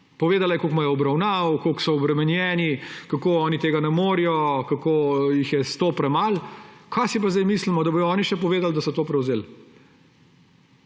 Povedala je, koliko imajo obravnav, koliko so obremenjeni, kako oni tega ne morejo, kako jih je sto premalo. Kaj si pa sedaj mislimo, da bodo oni še povedali, da so to prevzeli!